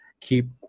keep